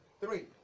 three